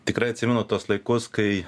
tikrai atsimenu tuos laikus kai